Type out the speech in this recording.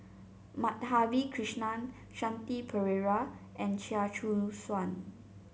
Madhavi Krishnan Shanti Pereira and Chia Choo Suan